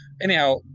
anyhow